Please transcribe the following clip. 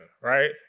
right